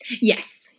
Yes